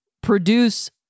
produce